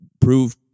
prove